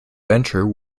venture